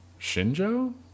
Shinjo